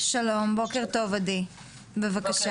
עדי טל בבקשה.